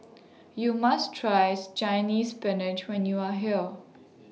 YOU must tries Chinese Spinach when YOU Are here